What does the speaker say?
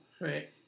right